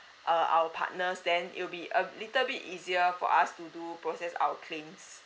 uh our partners then it will be a little bit easier for us to do process our claims